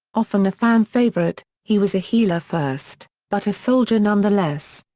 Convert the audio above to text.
often a fan favorite, he was a healer first, but a soldier nonetheless.